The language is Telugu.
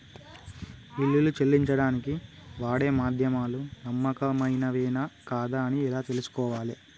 బిల్లులు చెల్లించడానికి వాడే మాధ్యమాలు నమ్మకమైనవేనా కాదా అని ఎలా తెలుసుకోవాలే?